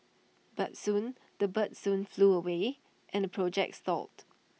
but soon the birds soon flew away and the project stalled